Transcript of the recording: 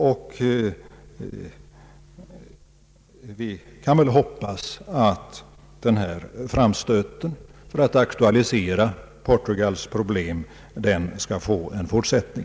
Vi kan väl hoppas att den här framstöten för att aktualisera Portugals problem skall få en fortsättning.